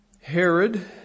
Herod